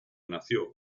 nació